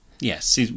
Yes